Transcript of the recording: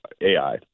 AI